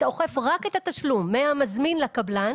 אתה אוכף רק את התשלום, מהמזמין לקבלן.